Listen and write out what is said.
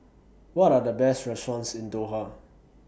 What Are The Best restaurants in Doha